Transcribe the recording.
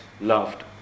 loved